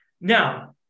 Now